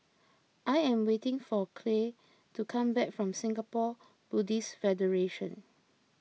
I am waiting for Clay to come back from Singapore Buddhist Federation